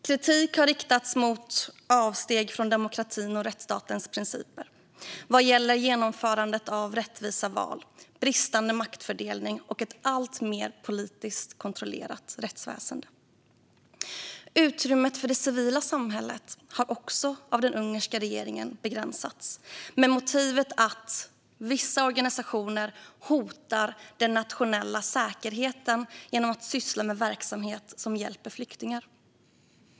Kritik har riktats mot avsteg från demokratin och rättsstatens principer, vad gäller genomförandet av rättvisa val, bristande maktfördelning och ett alltmer politiskt kontrollerat rättsväsen. Utrymmet för det civila samhället har också begränsats av den ungerska regeringen med motiveringen att vissa organisationer hotar den nationella säkerheten genom att syssla med verksamhet som hjälper flyktingar.